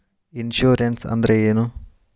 Insurance ಅಂದ್ರ ಏನು?